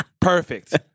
Perfect